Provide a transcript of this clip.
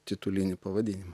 titulinį pavadinimą